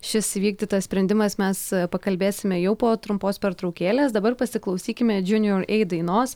šis įvykdytas sprendimas mes pakalbėsime jau po trumpos pertraukėlės dabar pasiklausykime junior a dainos